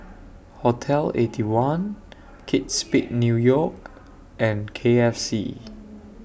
Hotel Eighty One Kate Spade New York and K F C